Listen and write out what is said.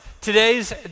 Today's